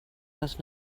les